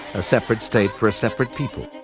a separate state for a separate people.